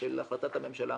של החלטת הממשלה,